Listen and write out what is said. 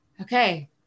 Okay